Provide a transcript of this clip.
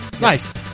Nice